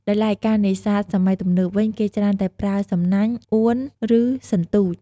ដោយឡែកការនេសាទសម័យទំនើបវិញ គេច្រើនតែប្រើសំណាញ់ អួន ឬ សន្ទូច។